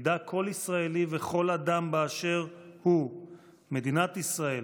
ידע כל ישראלי וכל אדם באשר הוא שמדינת ישראל